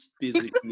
physically